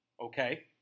Okay